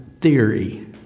theory